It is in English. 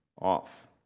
off